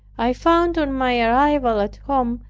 i found on my arrival at home,